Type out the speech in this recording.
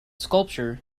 sculpture